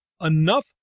enough